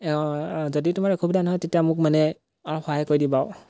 এই অঁ যদি তোমাৰ অসুবিধা নহয় তেতিয়া মোক মানে অলপ সহায় কৰি দিবা আৰু